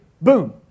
Boom